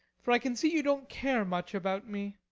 for i can see you don't care much about me.